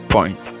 Point